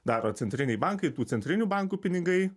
daro centriniai bankai tų centrinių bankų pinigai